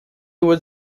would